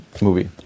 movie